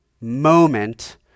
moment